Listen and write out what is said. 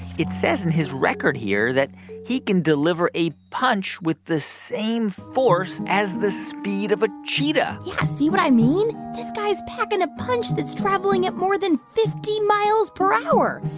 it says in his record here that he can deliver a punch with the same force as the speed of a cheetah yeah, see what i mean? this guy's packing a punch that's traveling at more than fifty miles per hour.